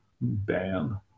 Bam